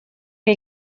che